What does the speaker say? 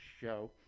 show